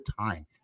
time